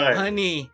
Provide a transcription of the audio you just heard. honey